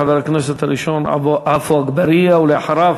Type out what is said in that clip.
חבר הכנסת הראשון, עפו אגבאריה, ואחריו,